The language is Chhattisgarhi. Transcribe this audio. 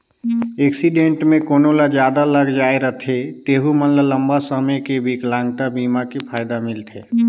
एक्सीडेंट मे कोनो ल जादा लग जाए रथे तेहू मन ल लंबा समे के बिकलांगता बीमा के फायदा मिलथे